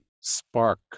spark